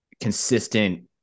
consistent